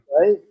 right